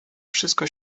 wszystko